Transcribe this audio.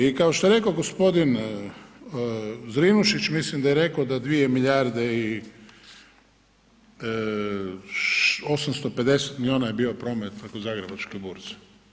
I kao što je rekao gospodin Zrinušić, mislim da je reko da 2 milijarde i 850 miliona je bio promet preko zagrebačke burze.